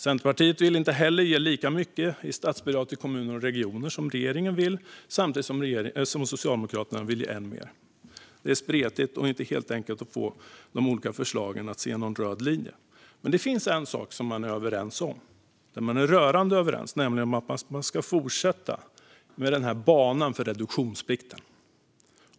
Centerpartiet vill inte heller ge lika mycket i statsbidrag till kommuner och regioner som regeringen vill - samtidigt som Socialdemokraterna vill ge än mer. Det är spretigt, och det är inte helt enkelt att se någon röd linje i de olika förslagen. Men en sak är man rörande överens om, och det är att man ska fortsätta på banan för reduktionsplikten.